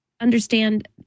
Understand